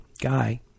guy